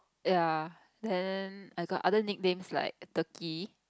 ya then I got other nicknames like turkey